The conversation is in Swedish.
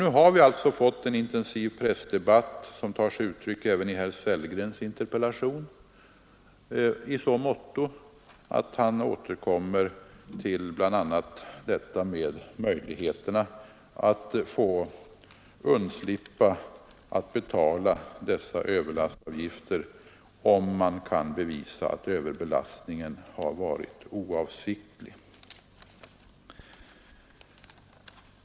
Nu har vi alltså fått en intensiv pressdebatt, som tar sig uttryck även i herr Sellgrens interpellation i så måtto att han återkommer till bl.a. möjligheterna att undslippa att betala dessa överlastavgifter, om man kan bevisa att överlastningen har varit oavsiktlig.